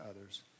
others